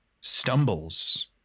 stumbles